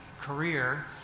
career